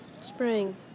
spring